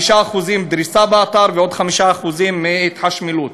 5% דריסה באתר ועוד 5% מהתחשמלות.